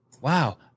Wow